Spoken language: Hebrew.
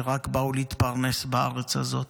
שרק באו להתפרנס בארץ הזאת,